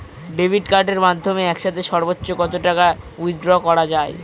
Debit কার্ডের মাধ্যমে একসাথে সর্ব্বোচ্চ কত টাকা উইথড্র করা য়ায়?